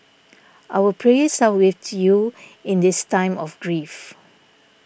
our prayers are with you in this time of grief